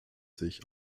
sich